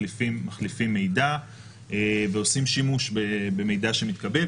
מחליפים מידע ועושים שימוש במידע שמתקבל,